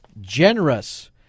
generous